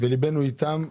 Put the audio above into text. וליבנו איתם,